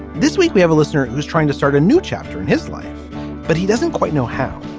this week we have a listener who's trying to start a new chapter in his life but he doesn't quite know how